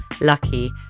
lucky